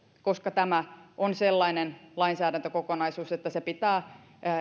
koska tämä on sellainen lainsäädäntökokonaisuus että se pitää